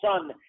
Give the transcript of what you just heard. son